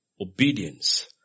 obedience